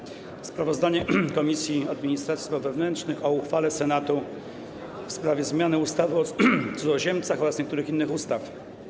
Przedstawiam sprawozdanie Komisji Administracji i Spraw Wewnętrznych o uchwale Senatu w sprawie zmiany ustawy o cudzoziemcach oraz niektórych innych ustaw.